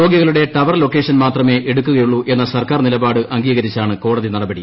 രോഗികളുടെ tower location മാത്രമേ എടുക്കുകയുള്ളൂ എന്ന സർക്കാർ നിലപാട് അംഗീകരിച്ചാണ് ക്ടോട്ടതി നടപടി